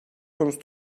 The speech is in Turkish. konusu